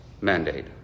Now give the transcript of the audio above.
mandate